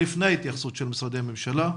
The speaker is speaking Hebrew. לפני ההתייחסות של משרדי הממשלה.